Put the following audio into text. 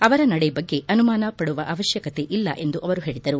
ಅವರ ನಡೆ ಬಗ್ಗೆ ಅನುಮಾನ ಪಡುವ ಅವಶ್ಯಕತೆ ಇಲ್ಲ ಎಂದು ಅವರು ಹೇಳಿದರು